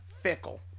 fickle